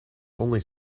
only